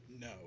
No